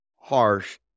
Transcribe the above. harsh